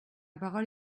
parole